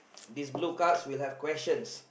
these blue cards will have questions